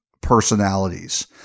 personalities